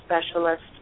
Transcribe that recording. specialist